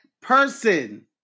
person